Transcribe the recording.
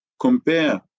compare